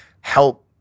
help